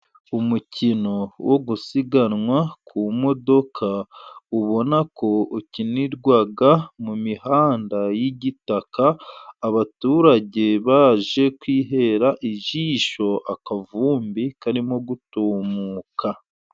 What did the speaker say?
Umukino wo gusiganwa ku modoka ubona ko ukinirwa mu mihanda y'igitaka abaturage baje kwihera ijisho akavumbi karimo gutumuka.